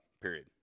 period